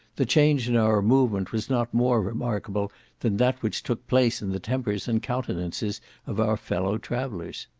the change in our movement was not more remarkable than that which took place in the tempers and countenances of our fellow-travellers.